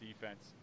defense